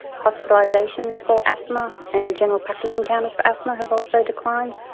hospitalisations for asthma and general practice encounters for asthma have also declined.